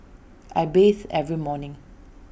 I bathe every morning